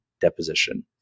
deposition